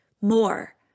more